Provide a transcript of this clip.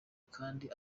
kandi